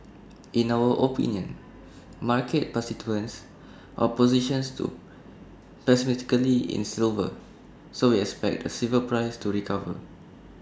in our opinion market participants are positions too pessimistically in so we expect the silver price to recover